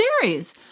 series